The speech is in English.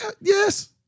Yes